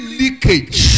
leakage